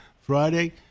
Friday